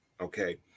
okay